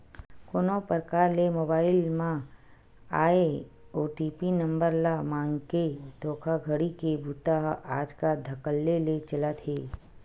कोनो परकार ले मोबईल म आए ओ.टी.पी नंबर ल मांगके धोखाघड़ी के बूता ह आजकल धकल्ले ले चलत हे